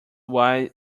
what